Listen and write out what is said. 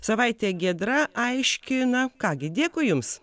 savaitė giedra aiški na ką gi dėkui jums